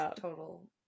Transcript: total